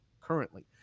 currently